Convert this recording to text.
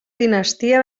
dinastia